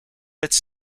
its